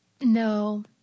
No